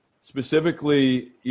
Specifically